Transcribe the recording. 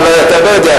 אבל אתה לא יודע.